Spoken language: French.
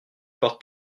porte